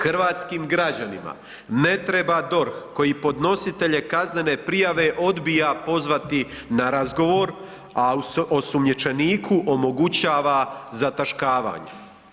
Hrvatskim građanima ne treba DORH koji podnositelje kaznene prijave odbija pozvati na razgovor, a osumnjičeniku omogućava zataškavanje.